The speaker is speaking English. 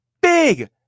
big